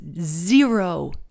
zero